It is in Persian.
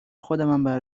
خودمم